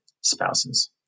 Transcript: spouses